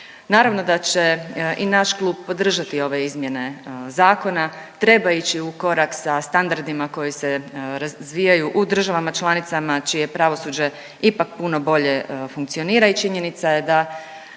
Naravno da će i naš klub podržati ove izmjene zakona, treba ići ukorak sa standardima koji se razvijaju u državama članicama čije pravosuđe ipak puno bolje funkcionira i činjenica je da